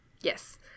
Yes